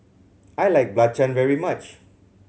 I like belacan very much